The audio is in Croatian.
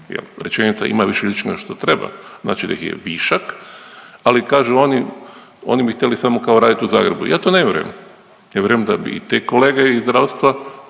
rečenica ima više riječi nego što treba, znači da ih je višak, ali kažu oni, oni bi htjeli samo kao radit u Zagrebu. Ja to ne vjerujem, ja vjerujem da bi i te kolege iz zdravstva